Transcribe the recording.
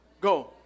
Go